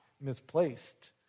misplaced